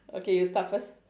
okay you start first